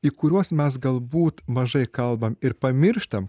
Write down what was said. į kuriuos mes galbūt mažai kalbam ir pamirštam